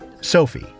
Sophie